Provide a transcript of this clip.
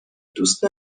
دوست